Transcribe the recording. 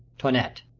toinette.